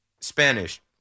Spanish